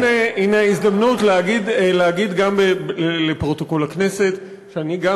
הנה גם הזדמנות להגיד גם לפרוטוקול הכנסת שאני גם